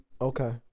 Okay